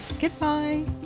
Goodbye